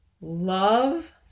love